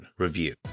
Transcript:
review